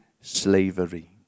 slavery